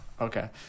Okay